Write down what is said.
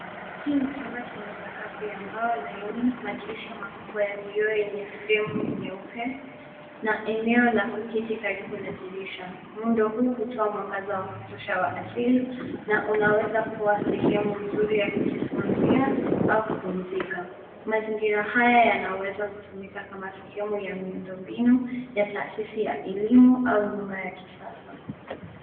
Hii ni chumba chenye sakafu ya mbao laini, madirisha makubwa ya vioo yenye fremu nyeupe na eneo la kuketi karibu na dirisha. Muundo huu hutoa mwangaza wa kutosha wa asili na unaweza kuwa sehemu nzuri ya kujifunzia au kupumzika. Mazingira haya yanaweza kutumika kama sehemu ya miundo mbinu ya taasisi ya elimu au nyumba ya kisasa.